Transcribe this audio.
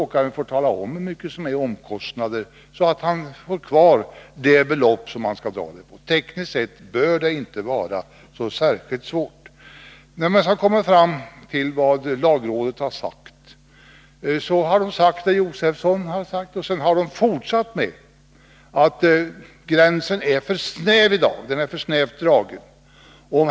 Åkaren får tala om hur mycket som är omkostnader, så att man kan bestämma vilket belopp skatten skall beräknas på. Tekniskt sett bör det inte vara så särskilt svårt. Lagrådet har sagt så som Stig Josefson angav, men sedan anför lagrådet att gränsen i dag är för snävt dragen.